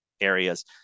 areas